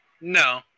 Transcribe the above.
No